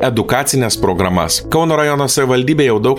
edukacines programas kauno rajono savivaldybė jau daug